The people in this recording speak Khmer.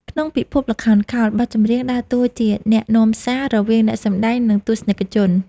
ក្នុងពិភពល្ខោនខោល បទចម្រៀងដើរតួជាអ្នកនាំសាររវាងអ្នកសម្ដែង និងទស្សនិកជន។